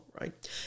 right